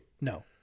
No